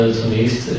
zunächst